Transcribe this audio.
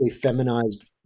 feminized